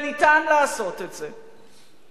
וניתן לעשות את זה.